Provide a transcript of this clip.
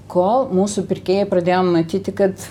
kol mūsų pirkėjai pradėjo matyti kad